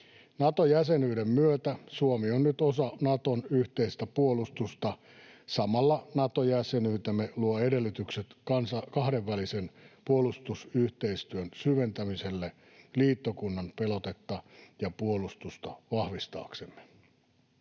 Nato-jäsenyyden myötä Suomi on nyt osa Naton yhteistä puolustusta. Samalla Nato-jäsenyytemme luo edellytykset kahdenvälisen puolustusyhteistyön syventämiselle liittokunnan pelotetta ja puolustusta vahvistaaksemme.